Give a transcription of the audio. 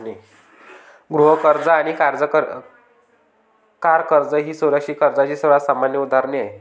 गृह कर्ज आणि कार कर्ज ही सुरक्षित कर्जाची सर्वात सामान्य उदाहरणे आहेत